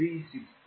363